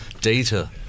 data